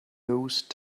those